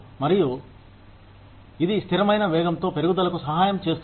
మరియు ఇది స్థిరమైన వేగంతో పెరుగుదలకు సహాయం చేస్తుంది